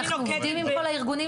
אנחנו עובדים עם כל הארגונים,